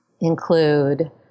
include